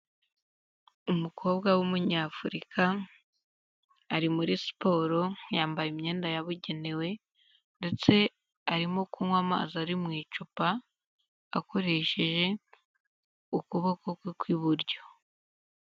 Umukobwa w'umunyafurika ari muri siporo, yambaye imyenda yabugenewe ndetse arimo kunywa amazi ari mu icupa akoresheje ukuboko kwe kw'iburyo.